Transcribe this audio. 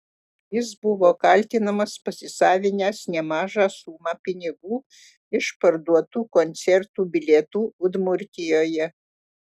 jis buvo kaltinamas pasisavinęs nemažą sumą pinigų iš parduotų koncertų bilietų udmurtijoje